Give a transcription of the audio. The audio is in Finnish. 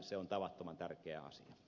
se on tavattoman tärkeä asia